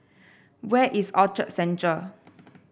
where is Orchard Central